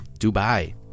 dubai